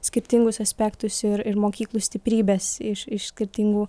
skirtingus aspektus ir ir mokyklų stiprybes iš iš skirtingų